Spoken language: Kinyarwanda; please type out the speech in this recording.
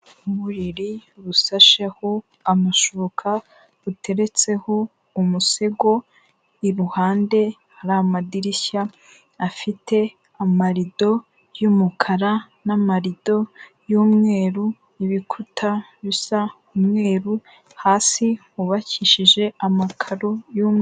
Uburiri busasheho amashoka ruteretseho umusego, iruhande hari amadirishya afite amarido y'umukara n'amarido y'umweru, ibikuta bisa umweru, hasi wubakishije amakaro y'umweru.